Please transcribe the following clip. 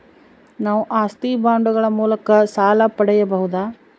ನಾವು ಆಸ್ತಿ ಬಾಂಡುಗಳ ಮೂಲಕ ಸಾಲ ಪಡೆಯಬಹುದಾ?